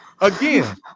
again